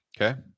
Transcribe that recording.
Okay